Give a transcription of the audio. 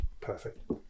perfect